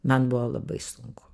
man buvo labai sunku